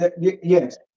Yes